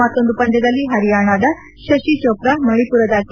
ಮತ್ತೊಂದು ಪಂದ್ಯದಲ್ಲಿ ಪರಿಯಾಣದ ಶಶಿ ಚೋಪ್ರಾ ಮಣಿಪುರದ ಕೆ